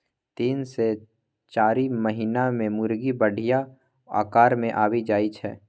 तीन सँ चारि महीना मे मुरगी बढ़िया आकार मे आबि जाइ छै